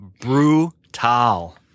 Brutal